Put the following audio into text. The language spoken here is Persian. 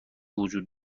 وجود